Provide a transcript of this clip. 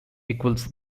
equals